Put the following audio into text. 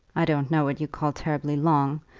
i don't know what you call terribly long.